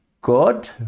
God